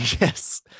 yes